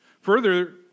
Further